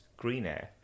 Greenair